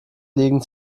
liegen